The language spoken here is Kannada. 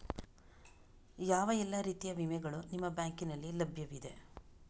ಯಾವ ಎಲ್ಲ ರೀತಿಯ ವಿಮೆಗಳು ನಿಮ್ಮ ಬ್ಯಾಂಕಿನಲ್ಲಿ ಲಭ್ಯವಿದೆ?